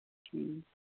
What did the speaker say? ٹھیٖک